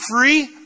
Free